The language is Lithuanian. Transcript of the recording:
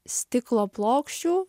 stiklo plokščių